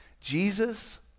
Jesus